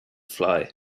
fly